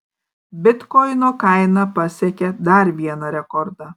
bitkoino kaina pasiekė dar vieną rekordą